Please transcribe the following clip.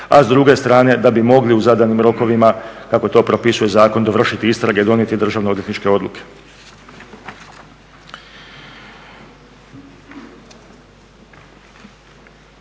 a s druge strane da bi mogli u zadanim rokovima kako to propisuje zakon dovršiti istrage, donijeti državno-odvjetničke odluke.